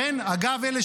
אגב, אלה